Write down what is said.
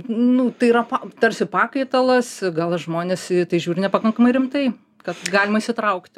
nu tai yra pa tarsi pakaitalas gal žmonės į tai žiūri nepakankamai rimtai kad galima įsitraukt